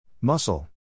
Muscle